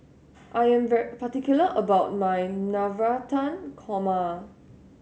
I'm particular about my Navratan Korma